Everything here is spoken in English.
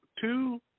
two